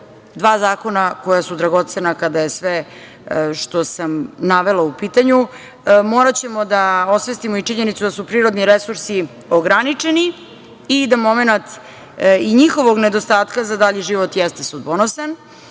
Dva zakona koja su dragocena, kada je sve što sam navela u pitanju. Moraćemo i da osvestimo činjenicu da su prirodni resursi ograničeni i da momenat njihovog nedostatka za dalji život jeste sudbonosan.